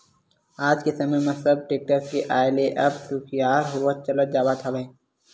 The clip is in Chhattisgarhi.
आज के समे म सब टेक्टर के आय ले अब सुखियार होवत चले जावत हवय